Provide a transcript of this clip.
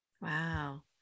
Wow